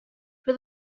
for